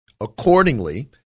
Accordingly